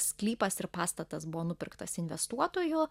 sklypas ir pastatas buvo nupirktas investuotojų